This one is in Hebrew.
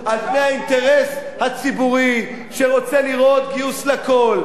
על פני האינטרס הציבורי שרוצה לראות גיוס לכול.